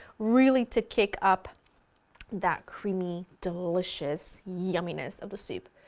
really to kick up that creamy delicious yummy-ness of the soup.